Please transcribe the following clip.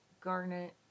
Garnet